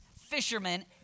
fishermen